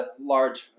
large